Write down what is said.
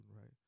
right